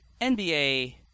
NBA